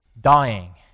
dying